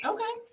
Okay